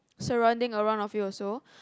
surrounding around of you also